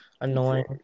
annoying